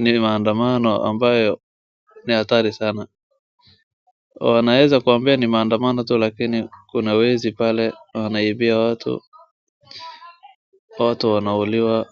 ni maandamano ambayo ni hatari sana. Wanaeza kwambia ni maandamano tu lakini kuna wezi pale wanaibia watu. Watu wanauliwa.